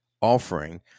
offering